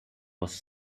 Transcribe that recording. was